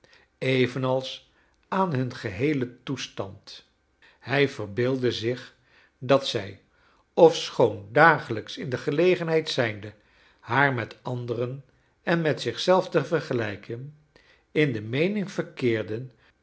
evenals aan hun geheelen toestand hij verbeeldde zich dat zij ofschoon dagelijks in de gelegenheid zijnde haar met anderen en met zich zelf te vergelijken in de meening verkeerden